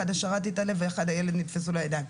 אחד השרת התעלף ואחד עבור ילד שנתפסו לו הידיים.